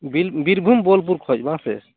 ᱵᱤᱱ ᱵᱤᱨᱵᱷᱩᱢ ᱵᱳᱞᱯᱩᱨ ᱠᱷᱚᱡ ᱵᱟᱝᱥᱮ